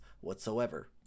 whatsoever